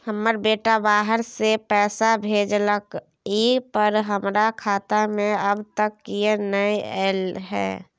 हमर बेटा बाहर से पैसा भेजलक एय पर हमरा खाता में अब तक किये नाय ऐल है?